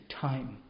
time